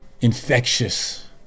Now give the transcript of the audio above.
infectious